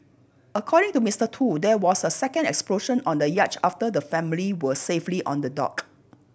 according to Mister Tu there was a second explosion on the yacht after the family were safely on the dock